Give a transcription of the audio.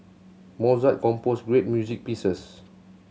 Mozart composed great music pieces